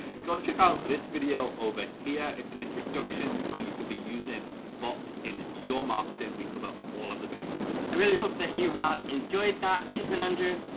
go check out this video over here. it's an introduction to how you can be using bots in your marketing. we cover all of the basics. i really hope that you have enjoyed that. he's been andrew,